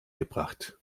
gebracht